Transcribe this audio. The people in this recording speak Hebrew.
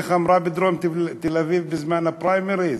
איך אמרה בדרום תל-אביב בזמן הפריימריז?